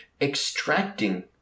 extracting